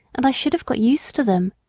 and i should have got used to them.